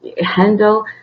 handle